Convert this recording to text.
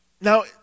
Now